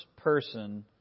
person